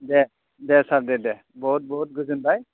देह देह सार दे दे बहुत बहुत गोजोनबाय